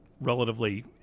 Relatively